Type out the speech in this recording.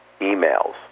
emails